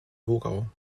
wogau